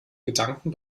gedanken